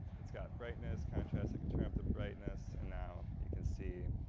it's got brightness, contrast. i can turn up the brightness, and now, you can see,